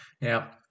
Now